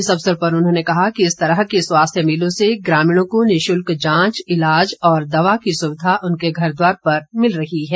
इस अवसर पर उन्होंने कहा कि इस तरह के स्वास्थ्य मेलों से ग्रामीणों को निःशुल्क जांच ईलाज और दवा की सुविधा उनके घर द्वार पर मिल रही है